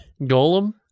Golem